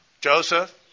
Joseph